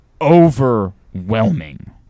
overwhelming